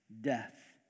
death